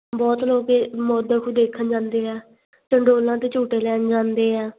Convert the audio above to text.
ਬਹੁਤ ਲੋਕ ਮੌਤ ਦਾ ਖੂਹ ਦੇਖਣ ਜਾਂਦੇ ਆ ਚੰਡੋਲਾਂ 'ਤੇ ਝੂਟੇ ਲੈਣ ਜਾਂਦੇ ਆ